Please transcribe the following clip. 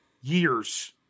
years